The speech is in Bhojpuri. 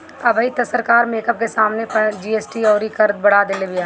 अबही तअ सरकार मेकअप के समाने पअ जी.एस.टी अउरी कर बढ़ा देले बिया